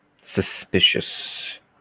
Suspicious